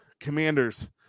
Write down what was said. Commanders